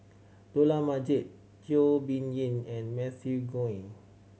Dollah Majid Teo Bee Yen and Matthew Ngui